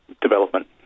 development